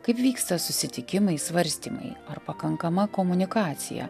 kaip vyksta susitikimai svarstymai ar pakankama komunikacija